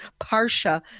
Parsha